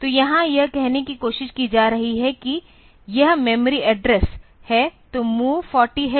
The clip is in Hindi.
तोयहां यह कहने की कोशिश की जा रही है कि यह मेमोरी एड्रेस है तो MOV 40hA